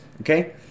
okay